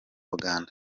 uganda